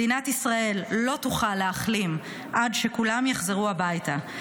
מדינת ישראל לא תוכל להחלים עד שכולם יחזרו הביתה.